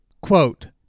Quote